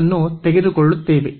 ಅನ್ನು ತೆಗೆದುಕೊಳ್ಳುತ್ತೇವೆ